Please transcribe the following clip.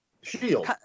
Shield